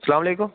السَلامُ علیکُم